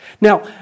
Now